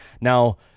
Now